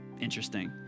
interesting